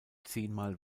zehnmal